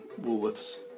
Woolworths